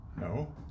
No